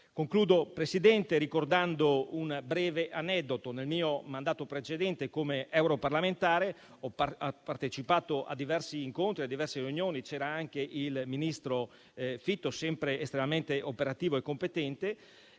Concludo, signor Presidente, ricordando un breve aneddoto. Nel mio mandato precedente come europarlamentare ho partecipato a diversi incontri e riunioni, e c'era anche il ministro Fitto, sempre estremamente operativo e competente.